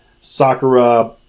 Sakura